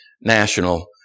national